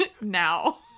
now